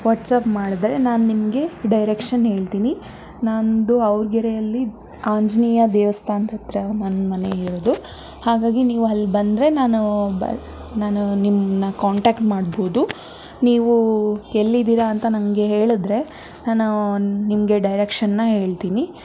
WhatsApp ಮಾಡಿದ್ರೆ ನಾನು ನಿಮಗೆ ಡೈರೆಕ್ಷನ್ ಹೇಳ್ತೀನಿ ನಂದೂ ಅವರ್ಗೆರೆಯಲ್ಲಿ ಆಂಜನೇಯ ದೇವಸ್ಥಾನದ ಹತ್ರ ನನ್ನ ಮನೆ ಇರೋದು ಹಾಗಾಗಿ ನೀವು ಅಲ್ಲಿ ಬಂದರೆ ನಾನು ನಾನು ನಿಮ್ಮನ್ನ ಕಾಂಟ್ಯಾಕ್ಟ್ ಮಾಡ್ಬೋದು ನೀವು ಎಲ್ಲಿದ್ದೀರ ಅಂತ ನನಗೆ ಹೇಳಿದ್ರೆ ನಾನು ನಿಮಗೆ ಡೈರೆಕ್ಷನ್ನ ಹೇಳ್ತೀನಿ